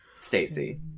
Stacy